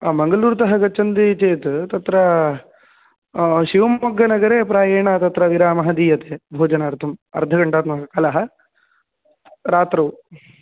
हा मङ्गलूरुतः गच्छन्ति चेत् तत्र शिवमोग्गनगरे प्रायेण तत्र विरामः दीयते भोजनार्थम् अर्धघण्टात्मकः कालः रात्रौ